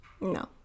No